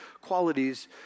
qualities